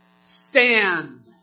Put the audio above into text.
stand